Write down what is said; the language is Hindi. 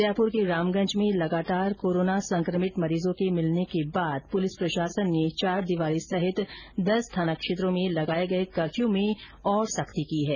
जयपूर के रामगंज में लगातार कोरोना संक्रमित मरीजों के मिलने के कारण पुलिस प्रशासन ने चारदीवारी सहित दस थाना क्षेत्रों में लगाये गये कर्फ्यू में सख्ती की है